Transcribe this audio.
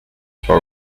for